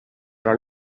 però